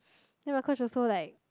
then my coach also like